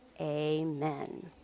Amen